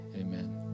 Amen